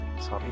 sorry